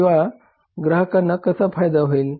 सेवेचा ग्राहकांना कसा फायदा होईल